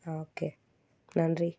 okay நன்றி